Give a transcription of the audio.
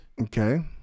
Okay